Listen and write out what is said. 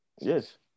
Yes